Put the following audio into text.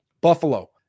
Buffalo